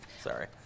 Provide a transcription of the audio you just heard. sorry